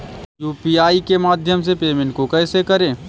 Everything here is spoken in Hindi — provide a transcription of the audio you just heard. यू.पी.आई के माध्यम से पेमेंट को कैसे करें?